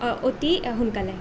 অতি সোনকালে